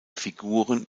figuren